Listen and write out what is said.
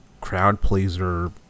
crowd-pleaser